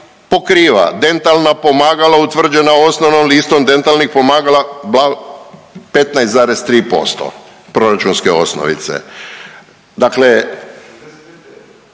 dentalna pomagala utvrđena osnovnom listom dentalnih pomagala 15,3% proračunske osnovice. Dakle,